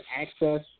access